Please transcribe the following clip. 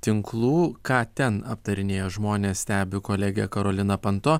tinklų ką ten aptarinėja žmonės stebi kolegė karolina panto